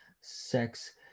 sex